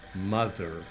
Mother